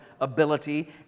ability